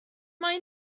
mae